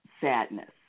sadness